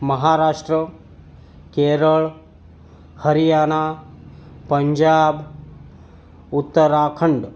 Maharashtra Kerala Haryana Punjab Uttarakhand